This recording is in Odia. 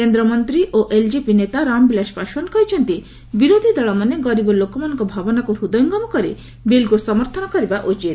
କେନ୍ଦ୍ରମନ୍ତ୍ରୀ ଓ ଏଲଜେପି ନେତା ରାମବିଳାସ ପାଶୱାନ କହିଛନ୍ତି ବିରୋଧୀ ଦଳମାନେ ଗରିବ ଲୋକମାନଙ୍କର ଭାବନାକୁ ହୃଦୟଙ୍ଗମ କରି ବିଲ୍କୁ ସମର୍ଥନ କରିବା ଉଚିତ